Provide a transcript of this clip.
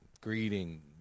greeting